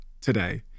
today